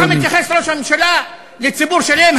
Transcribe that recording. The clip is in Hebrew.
ככה מתייחס ראש הממשלה לציבור שלם?